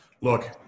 Look